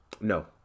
No